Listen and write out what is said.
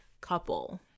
couple